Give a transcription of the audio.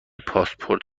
پاسپورت